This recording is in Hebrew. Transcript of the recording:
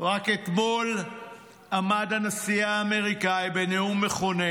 רק אתמול עמד הנשיא האמריקאי בנאום מכונן,